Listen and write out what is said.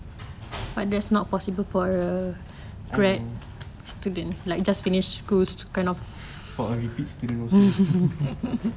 I know for a repeat students also